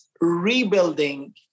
rebuilding